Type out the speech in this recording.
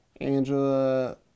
Angela